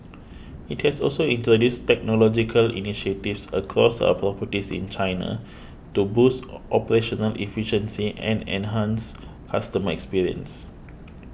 it has also introduced technological initiatives across our properties in China to boost operational efficiency and enhance customer experience